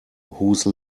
whose